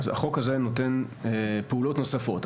החוק הזה נותן פעולות נוספות.